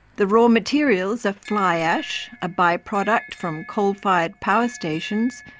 the raw materials are fly ash, a by-product from coal-fired power stations,